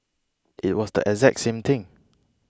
it was the exact same thing